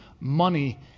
money